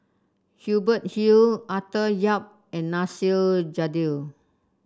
Hubert Hill Arthur Yap and Nasir Jalil